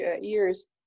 years